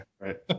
right